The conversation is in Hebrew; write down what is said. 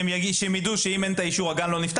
הם ידעו שאם אין את האישור, הגן לא נפתח.